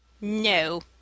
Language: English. No